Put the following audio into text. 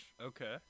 Okay